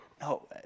No